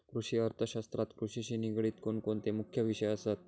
कृषि अर्थशास्त्रात कृषिशी निगडीत कोणकोणते मुख्य विषय असत?